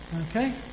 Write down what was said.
okay